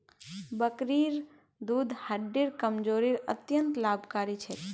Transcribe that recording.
बकरीर दूध हड्डिर कमजोरीत अत्यंत लाभकारी छेक